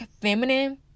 feminine